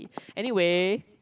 anyway